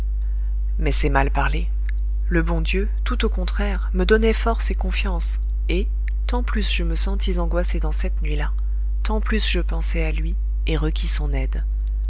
mais c'est mal parler le bon dieu tout au contraire me donnait force et confiance et tant plus je me sentis angoissé dans cette nuit-là tant plus je pensai à lui et requis son aide